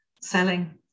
selling